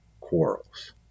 quarrels